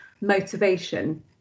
motivation